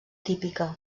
típica